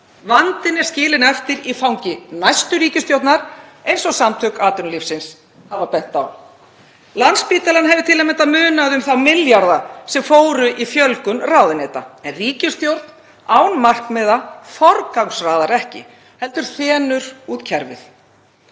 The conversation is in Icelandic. Vandinn er skilinn eftir í fangi næstu ríkisstjórnar eins og Samtök atvinnulífsins hafa bent á. Landspítalann hefði til að mynda munað um þá milljarða sem fóru í fjölgun ráðuneyta en ríkisstjórn án markmiða forgangsraðar ekki heldur þenur út kerfið.